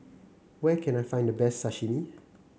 where can I find the best Sashimi